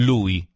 Lui